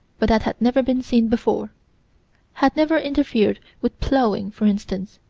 but that had never been seen before had never interfered with plowing, for instance.